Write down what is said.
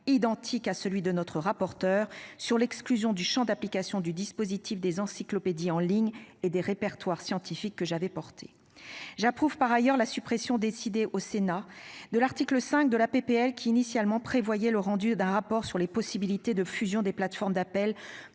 identique à celui de notre rapporteur sur l'exclusion du Champ d'application du dispositif des encyclopédies en ligne et des répertoires scientifique que j'avais porté, j'approuve. Par ailleurs la suppression décidée au Sénat de l'article 5 de la PPL qu'initialement, prévoyait le rendu d'un rapport sur les possibilités de fusion des plateformes d'appel